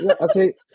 okay